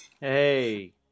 Hey